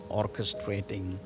orchestrating